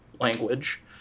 language